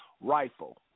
rifle